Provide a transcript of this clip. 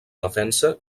defensa